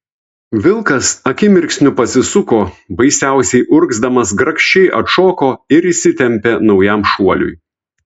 vilkas akimirksniu pasisuko baisiausiai urgzdamas grakščiai atšoko ir įsitempė naujam šuoliui